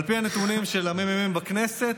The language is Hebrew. על פי הנתונים של הממ"מ בכנסת,